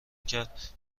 کرد